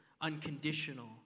unconditional